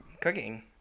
cooking